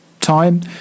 time